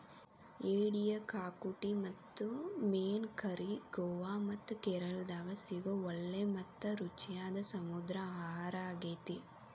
ಏಡಿಯ ಕ್ಸಾಕುಟಿ ಮತ್ತು ಮೇನ್ ಕರಿ ಗೋವಾ ಮತ್ತ ಕೇರಳಾದಾಗ ಸಿಗೋ ಒಳ್ಳೆ ಮತ್ತ ರುಚಿಯಾದ ಸಮುದ್ರ ಆಹಾರಾಗೇತಿ